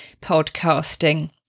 podcasting